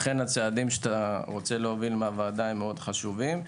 לכן הצעדים שאתה רוצה להוביל מהוועדה הם מאוד חשובים.